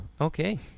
Okay